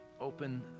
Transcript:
open